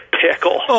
pickle